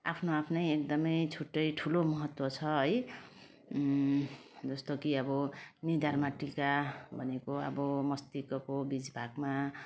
आफ्नो आफ्नै एकदमै छुट्टै ठुलो महत्त्व छ है जस्तो कि अब निधारमा टिका भनेको अब मस्तिष्क अब बिच भागमा